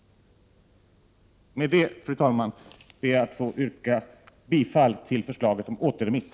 Fru talman! Med det anförda ber jag att få yrka bifall till förslaget om återremiss.